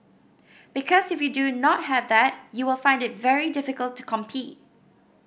because if you do not have that you will find it very difficult to compete